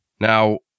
Now